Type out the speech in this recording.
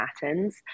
patterns